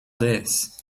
this